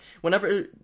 whenever